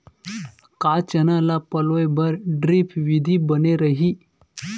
का चना ल पलोय बर ड्रिप विधी बने रही?